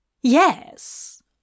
Yes